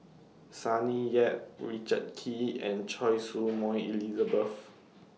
Sonny Yap Richard Kee and Choy Su Moi Elizabeth